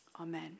Amen